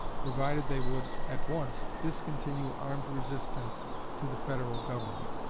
provided they would at once discontinue armed resistance to the federal government.